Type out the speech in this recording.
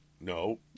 No